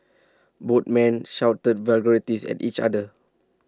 both men shouted vulgarities at each other